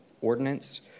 Ordinance